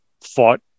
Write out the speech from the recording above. fought